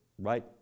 right